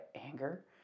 anger